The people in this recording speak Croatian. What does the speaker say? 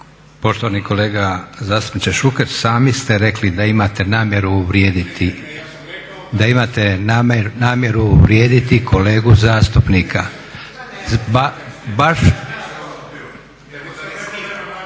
Poštovani kolega zastupniče Šuker sami ste rekli da imate namjeru uvrijediti, da imate